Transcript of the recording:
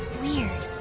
weird.